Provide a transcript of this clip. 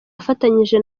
afatanyije